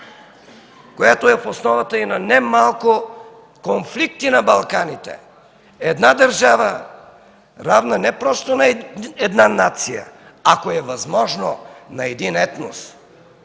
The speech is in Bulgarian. която е в основата и на немалко конфликти на Балканите, една държава равна не просто на една нация, ако е възможно на един етнос,